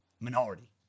minority